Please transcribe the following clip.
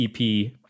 EP